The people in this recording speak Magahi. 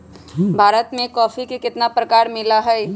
भारत में कॉफी के कितना प्रकार मिला हई?